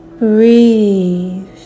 Breathe